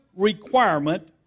Requirement